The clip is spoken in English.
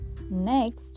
next